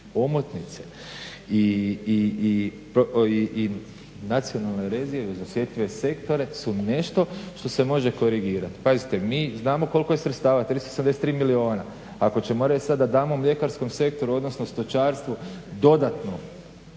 omotnice i nacionalna … sektore su nešto što se može korigirati. Pazite mi znamo koliko je sredstava 373 milijuna ako ćemo reći sada da damo mljekarskom sektoru odnosu stočarstvu dodatno